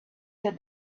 that